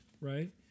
right